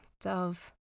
Dove